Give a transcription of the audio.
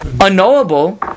unknowable